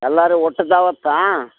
ಎಲ್ಲರೂ ಒಟ್ಟು ದಾವತ್ತಾ